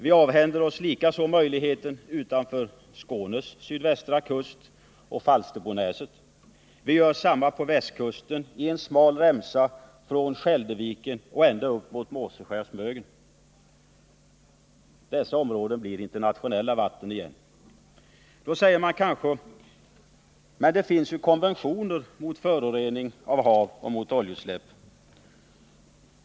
Vi avhänder oss likaså möjligheten att ingripa utanför Skånes sydvästra kust och Falsterbonäset. Detsamma gäller västkusten i en smal remsa från Skälderviken ända upp mot Måseskär-Smögen. Dessa områden blir internationella vatten igen. Då säger man kanske: Men det finns ju konventioner mot förorening av hav och mot oljeutsläpp.